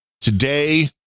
today